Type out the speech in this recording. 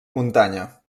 muntanya